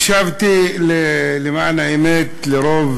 הקשבתי, למען האמת, לרוב